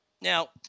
now